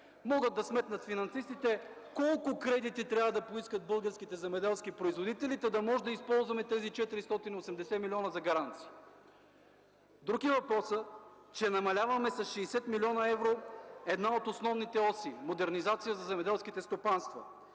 Могат да сметнат финансистите колко кредити трябва да поискат българските земеделски производители, за да можем да използваме тези 480 милиона за гаранции. Друг е въпросът, че намаляваме с 60 милиона евро една от основните оси – модернизация за земеделските стопанства.